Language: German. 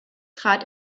trat